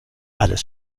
alles